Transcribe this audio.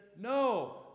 no